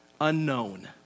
unknown